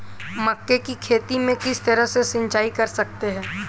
मक्के की खेती में किस तरह सिंचाई कर सकते हैं?